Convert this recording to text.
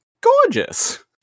gorgeous